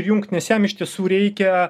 prijungt nes jam iš tiesų reikia